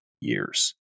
years